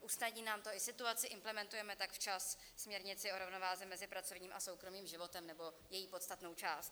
Usnadní nám to i situaci, implementujeme tak včas směrnici o rovnováze mezi pracovním a soukromým životem nebo její podstatnou část.